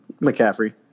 McCaffrey